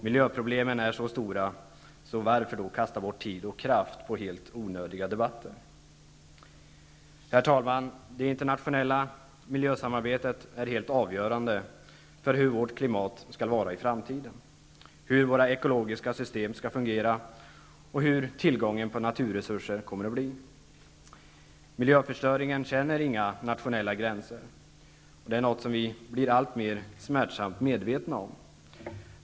Miljöproblemen är så stora, så varför skall man då kasta bort tid och kraft på helt onödiga debatter? Herr talman! Det internationella miljösamarbetet är helt avgörande för hur vårt klimat skall vara i framtiden, hur våra ekologiska system skall fungera och hur tillgången på naturresurser kommer att bli. Miljöförstöringen känner inga nationella gränser, vilket är något som vi blir alltmer smärtsamt medvetna om.